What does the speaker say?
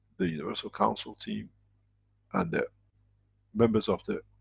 the universal council team and the members of the